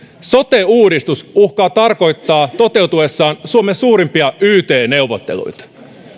sote uudistus uhkaa tarkoittaa toteutuessaan suomen suurimpia yt neuvotteluita